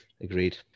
agreed